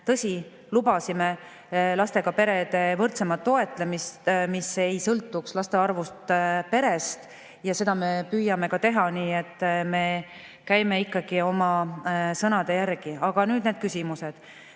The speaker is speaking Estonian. tõsi, lubasime lastega perede võrdsemat toetamist, mis ei sõltuks laste arvust peres. Seda me püüamegi teha, nii et me käime ikkagi oma sõnade järgi. Aga nüüd need küsimused.